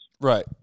Right